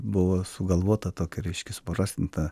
buvo sugalvota tokia reiškias suparastinta